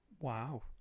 wow